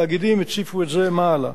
התאגידים הציפו את זה מעלה.